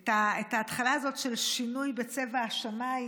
את ההתחלה הזאת של שינוי בצבע השמיים.